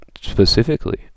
specifically